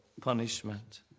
punishment